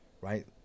right